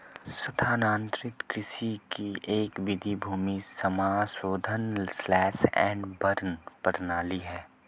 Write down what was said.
स्थानांतरित कृषि की एक विधि भूमि समाशोधन स्लैश एंड बर्न प्रणाली है